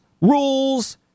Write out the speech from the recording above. rules